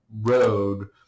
road